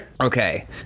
Okay